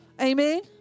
Amen